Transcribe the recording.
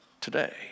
today